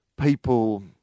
people –